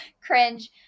Cringe